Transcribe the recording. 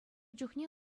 чухне